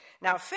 Now